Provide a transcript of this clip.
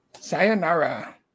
Sayonara